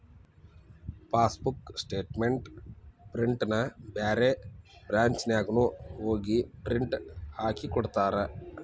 passbook statement ಪ್ರಿಂಟ್ನ ಬ್ಯಾರೆ ಬ್ರಾಂಚ್ನ್ಯಾಗು ಹೋಗಿ ಪ್ರಿಂಟ್ ಹಾಕಿಕೊಡ್ತಾರ